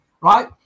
right